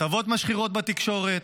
כתבות משחירות בתקשורת,